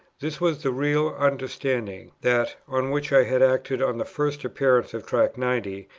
this was the real understanding that, on which i had acted on the first appearance of tract ninety,